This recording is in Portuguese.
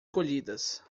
colhidas